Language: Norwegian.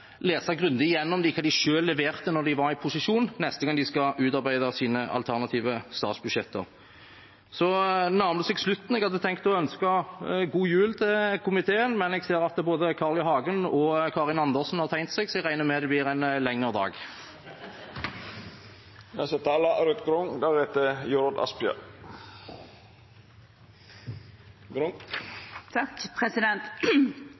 lese grundig gjennom hva de selv leverte da de var i posisjon, neste gang de skal utarbeide sine alternative statsbudsjetter. Så nærmer det seg slutten. Jeg hadde tenkt å ønske god jul til komiteen, men jeg ser at både Carl I. Hagen og Karin Andersen har tegnet seg, så jeg regner med det blir